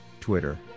Twitter